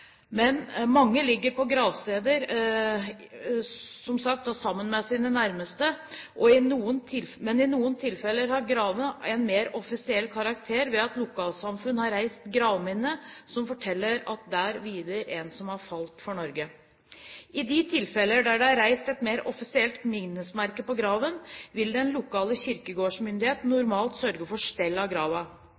Men mange ligger som sagt på gravsteder sammen med sine nærmeste. I noen tilfeller har graven en mer offisiell karakter ved at lokalsamfunn har reist gravminne som forteller at der hviler en som har falt for Norge. I de tilfeller der det er reist et mer offisielt minnesmerke på graven, vil den lokale kirkegårdsmyndighet normalt sørge for